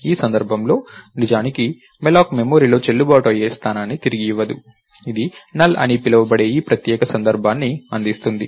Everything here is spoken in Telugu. ఈ సందర్భంలో నిజానికి malloc మెమరీలో చెల్లుబాటు అయ్యే స్థానాన్ని తిరిగి ఇవ్వదు ఇది NULL అని పిలువబడే ఈ ప్రత్యేక సందర్భాన్ని అందిస్తుంది